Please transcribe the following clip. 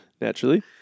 Naturally